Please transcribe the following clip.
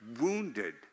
wounded